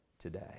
today